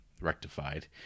rectified